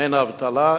אין אבטלה?